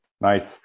Nice